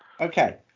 Okay